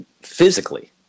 physically